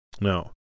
no